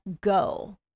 go